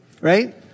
Right